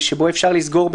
במהות חובה עליו לתשאל.